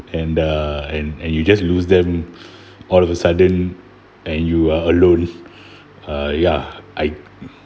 and uh and and you just lose them all of a sudden and you are alone uh ya I